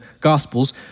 Gospels